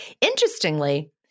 interestingly